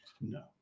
No